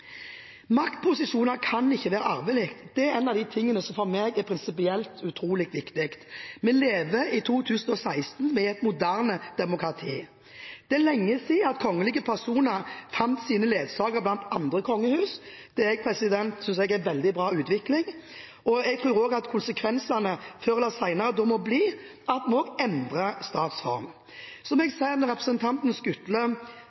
Maktposisjoner kan ikke være arvelige. Det er en av de tingene som for meg er prinsipielt utrolig viktig. Vi lever i 2016. Vi er et moderne demokrati. Det er lenge siden kongelige personer fant sine ledsagere blant andre kongehus. Det synes jeg er en veldig bra utvikling, og jeg tror også at konsekvensene før eller senere må bli at en må endre statsform. Så må jeg